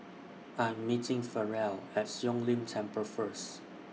I Am meeting Farrell At Siong Lim Temple First